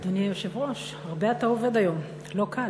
אדוני היושב-ראש, הרבה אתה עובד היום, לא קל.